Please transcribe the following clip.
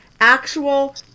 actual